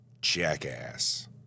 jackass